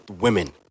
women